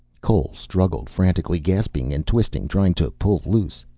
cole struggled frantically, gasping and twisting, trying to pull loose.